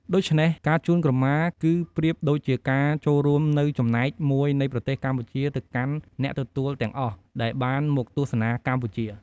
ដូច្នេះ ការជូនក្រមាគឺប្រៀបដូចជាការចូលរួមនូវចំណែកមួយនៃប្រទេសកម្ពុជាទៅកាន់អ្នកទទួលទាំងអស់ដែលបានមកទស្សនាកម្ពុជា។